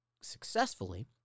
successfully